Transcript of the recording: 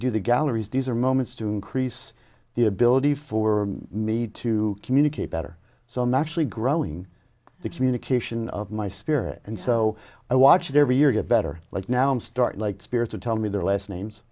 do the gallery's these are moments to increase the ability for me to communicate better so i'm actually growing the communication of my spirit and so i watch it every year get better like now i'm start like spirits of tell me their last names